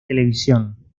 televisión